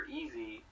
easy